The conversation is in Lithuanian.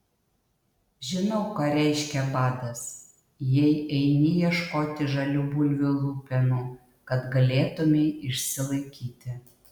žinau ką reiškia badas jei eini ieškoti žalių bulvių lupenų kad galėtumei išsilaikyti